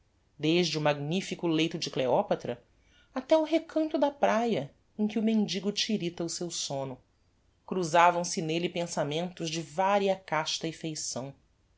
desde o magnifico leito de cleopatra até o recanto da praia em que o mendigo tirita o seu somno cruzavam-se nelle pensamentos de varia casta e feição